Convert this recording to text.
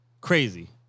Crazy